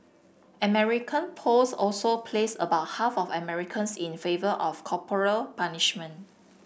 American polls also placed about half of Americans in favour of corporal punishment